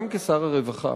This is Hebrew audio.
גם כשר הרווחה,